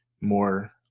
more